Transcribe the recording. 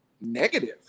negative